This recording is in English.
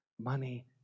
Money